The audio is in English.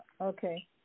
Okay